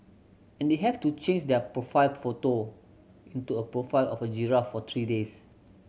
and they have to change their profile photo into a profile of a giraffe for three days